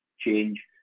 change